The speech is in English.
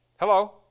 Hello